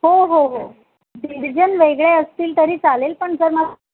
हो हो हो डिव्हिजन वेगळे असतील तरी चालेल पण जर मला